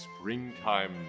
springtime